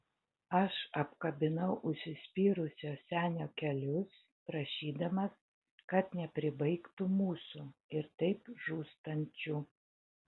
aš apkabinau užsispyrusio senio kelius prašydamas kad nepribaigtų mūsų ir taip žūstančių